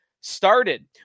started